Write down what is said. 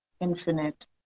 infinite